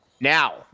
Now